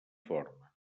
forma